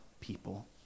people